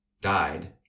Died